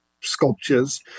sculptures